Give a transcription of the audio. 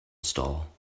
stall